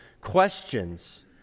questions